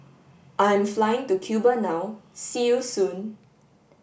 I am flying to Cuba now See you soon